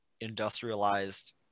industrialized